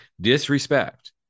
Disrespect